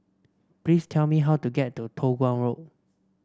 please tell me how to get to Toh Guan Road